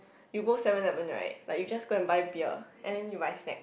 you go Seven Eleven right like you just go and buy beer and then you buy snack